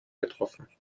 getroffen